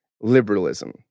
liberalism